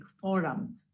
Forum's